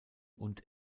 und